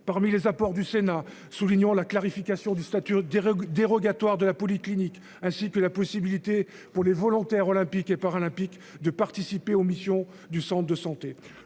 parmi les apports du Sénat, soulignant la clarification du statut des règles dérogatoires de la polyclinique ainsi que la possibilité pour les volontaires olympiques et paralympiques de participer aux missions du Centre de santé